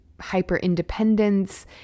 hyper-independence